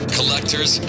Collectors